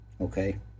okay